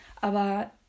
Aber